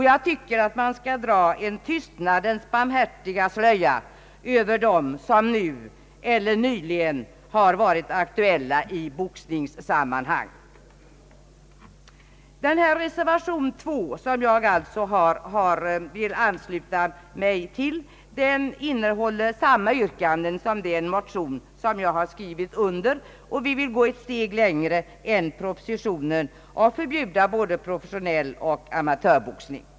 Jag tycker att man skall dra en tystnadens barmhärtiga slöja över dem som nu eller nyligen varit aktuella i boxningssammanhang. Reservation 2, som jag alltså vill ansluta mig till, innehåller samma yrkanden som den motion jag skrivit under. Vi vill gå ett steg längre än propositionen och förbjuda både professionell boxning och amatörboxning.